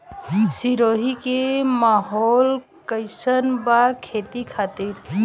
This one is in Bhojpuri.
सिरोही के माहौल कईसन बा खेती खातिर?